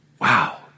Wow